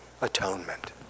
atonement